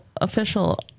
official